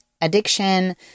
addiction